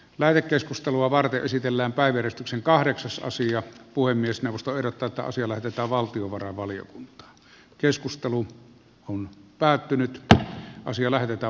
läänikeskustelua varten esitellään päivystyksen kahdeksasosia puhemiesneuvosto ehdottaa että asia lähetetään valtiovarainvaliokuntaan keskustelu on päättynyt että asia lähetetään